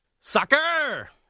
Soccer